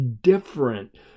different